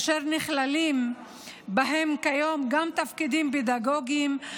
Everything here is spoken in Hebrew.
אשר נכללים בהם כיום גם תפקידים פדגוגיים,